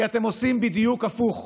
כי אתם עושים בדיוק הפוך.